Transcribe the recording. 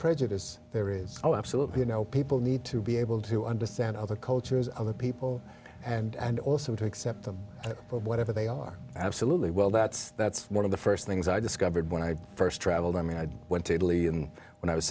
prejudice there is absolutely you know people need to be able to understand other cultures other people and also to accept them for whatever they are absolutely well that's that's one of the first things i discovered when i first traveled i mean i went to italy and when i was